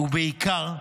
ובעיקר,